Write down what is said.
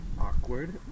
Awkward